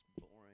boring